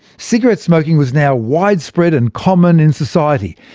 cigarette smoking was now widespread and common in society,